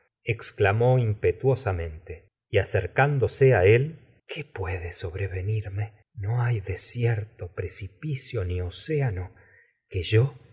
exclamó impetuosamente y acercándose a él qué puede sobrevenirme no hay desierto precipicio ni océano que yo